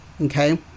okay